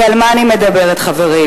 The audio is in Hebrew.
ועל מה אני מדברת, חברים?